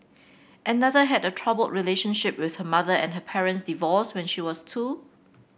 another had a troubled relationship with her mother and her parents divorced when she was two